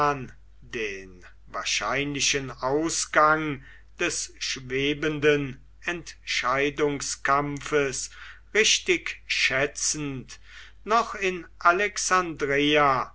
den wahrscheinlichen ausgang des schwebenden entscheidungskampfes richtig schätzend noch in alexandreia